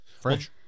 French